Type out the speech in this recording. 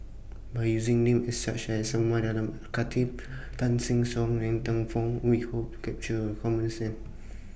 By using Names such as Umar Khatib Tan Sing Suan Ng Teng Fong We Hope capture commons